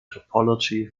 topology